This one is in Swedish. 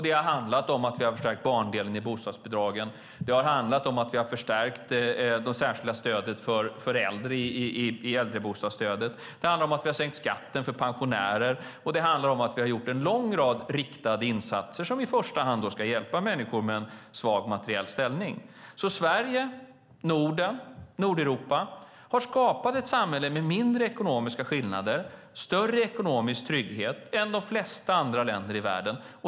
Det har handlat om att vi har förstärkt barndelen i bostadsbidragen. Det har handlat om att vi har förstärkt det särskilda stödet för äldre i äldrebostadsstödet. Det handlar om att vi har sänkt skatten för pensionärer, och det handlar om att vi har gjort en lång rad riktade insatser som i första hand ska hjälpa människor med svag materiell ställning. Sverige, Norden och Nordeuropa har skapat ett samhälle med mindre ekonomiska skillnader och större ekonomisk trygghet än de flesta andra länder i världen.